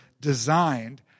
designed